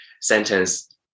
sentence